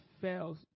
fails